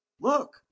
look